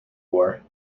war